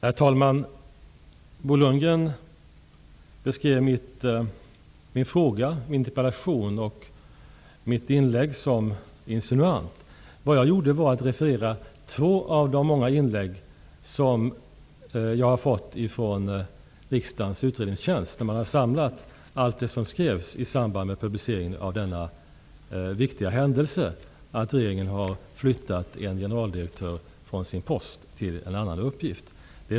Herr talman! Bo Lundgren beskrev min interpellation och mitt inlägg som insinuant. Jag refererade två av de många inlägg som jag har fått från riksdagens utredningstjänst. Man har där samlat allt det som skrevs i samband med publiceringen av denna viktiga händelse, dvs. att regeringen hade flyttat en generaldirektör från sin post till en annan uppgift.